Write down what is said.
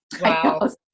Wow